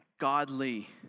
godly